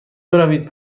بروید